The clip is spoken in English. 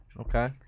Okay